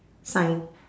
sign